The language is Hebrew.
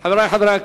41 בעד,